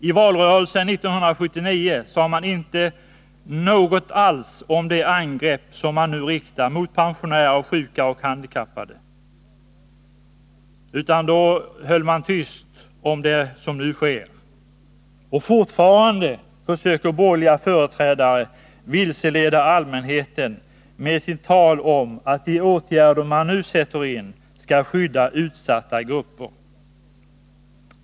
I valrörelsen 1979 sade man inte något om det angrepp man nu riktar mot pensionärer, sjuka och handikappade. Fortfarande försöker borgerliga företrädare vilseleda allmänheten med tal om att de åtgärder som nu sätts in skall skydda utsatta grupper.